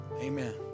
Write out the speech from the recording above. Amen